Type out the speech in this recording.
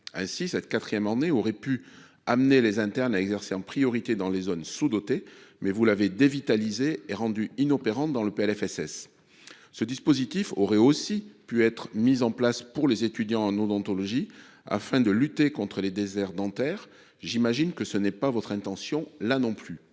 Ainsi, cette quatrième année aurait pu amener les internes à exercer en priorité dans les zones sous-dotées, mais vous avez dévitalisé et rendu cette mesure inopérante dans le projet de loi de financement de la sécurité sociale. Ce dispositif aurait aussi pu être mis en place pour les étudiants en odontologie afin de lutter contre les déserts dentaires. J'imagine que ce n'est pas votre intention, là non plus